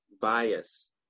bias